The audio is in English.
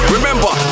Remember